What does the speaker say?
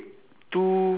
oh yes correct